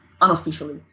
unofficially